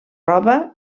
roba